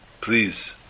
please